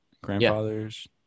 Grandfather's